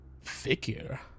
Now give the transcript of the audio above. figure